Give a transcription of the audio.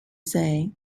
say